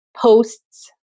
posts